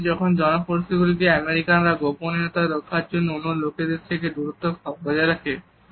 এমনকি যখন জনপরিসরগুলিতে আমেরিকানরা গোপনীয়তা রক্ষার জন্য অন্য লোকদের থেকে দূরত্ব বজায় রাখে